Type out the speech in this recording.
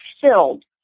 filled